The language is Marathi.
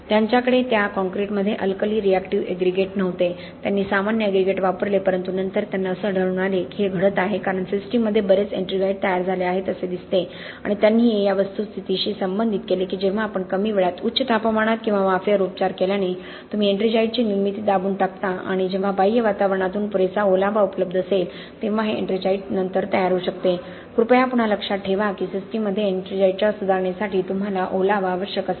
त्यांच्याकडे त्या कॉंक्रिटमध्ये अल्कली रिऍक्टिव्ह ऍग्रीगेट नव्हते त्यांनी सामान्य ऍग्रीगेट वापरले परंतु नंतर त्यांना असे आढळून आले की हे घडत आहे कारण सिस्टममध्ये बरेच एट्रिंगाइट तयार झाले आहेत असे दिसते आणि त्यांनी हे या वस्तुस्थितीशी संबंधित केले की जेव्हा आपण कमी वेळात उच्च तापमानात किंवा वाफेवर उपचार केल्याने तुम्ही एट्रिंजाईटची निर्मिती दाबून टाकता आणि जेव्हा बाह्य वातावरणातून पुरेसा ओलावा उपलब्ध असेल तेव्हा हे एट्रिंजाइट नंतर तयार होऊ शकते कृपया पुन्हा लक्षात ठेवा की सिस्टममध्ये एट्रिंजाइटच्या सुधारणेसाठी तुम्हाला ओलावा आवश्यक असेल